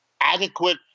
adequate